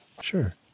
sure